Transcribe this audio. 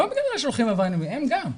לא בגלל השולחים העבריינים - הם גם.